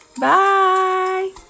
bye